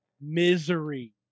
misery